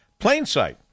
Plainsight